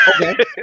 Okay